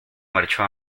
marchó